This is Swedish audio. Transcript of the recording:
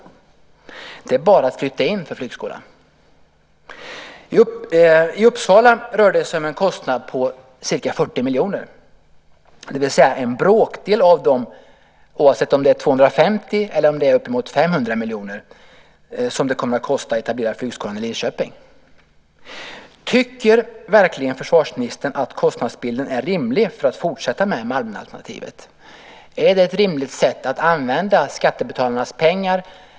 Det är bara att flytta in för flygskolan. I Uppsala rör det sig om en kostnad på ca 40 miljoner, det vill säga en bråkdel, oavsett om det kommer att kosta 250 eller uppemot 500 miljoner att etablera flygskolan i Linköping. Tycker verkligen försvarsministern att kostnadsbilden är rimlig för att fortsätta med Malmenalternativet? Är det ett rimligt sätt att använda skattebetalarnas pengar?